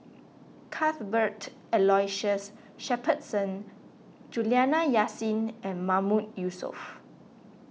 Cuthbert Aloysius Shepherdson Juliana Yasin and Mahmood Yusof